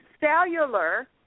cellular